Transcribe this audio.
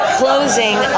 closing